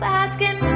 asking